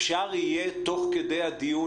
אפשר יהיה תוך כדי הדיון,